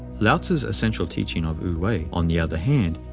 lao-tzu's essential teaching of wu-wei, on the other hand,